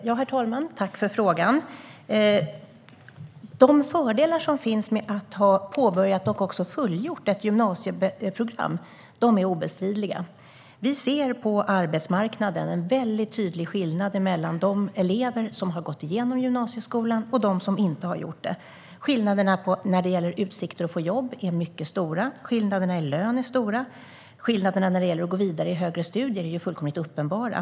Herr talman! Tack för frågan! De fördelar som finns med att ha påbörjat och också fullgjort ett gymnasieprogram är obestridliga. På arbetsmarknaden ser vi en väldigt tydlig skillnad mellan dem som har gått igenom gymnasieskolan och dem som inte har gjort det. Skillnaderna när det gäller utsikter att få jobb är mycket stora. Skillnaderna i lön är stora. Skillnaderna när det gäller att gå vidare i högre studier är fullkomligt uppenbara.